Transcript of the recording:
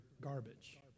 garbage